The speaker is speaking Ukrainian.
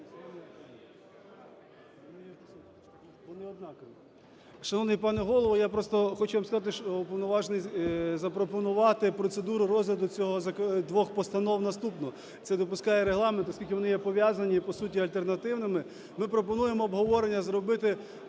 Шановний пане Голово, я просто хочу вам сказати, щоб запропонувати процедуру розгляду двох постанов наступне. Це допускає Регламент, оскільки вони є пов'язані, по суті альтернативними, ми пропонуємо обговорення зробити